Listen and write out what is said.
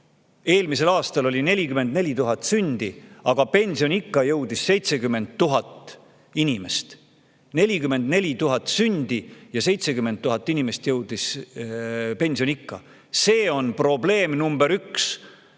eelmisel aastal oli 44 000 sündi, aga pensioniikka jõudis 70 000 inimest. 44 000 sündi ja 70 000 inimest jõudis pensioniikka! See on probleem number üks